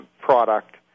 product